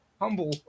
humble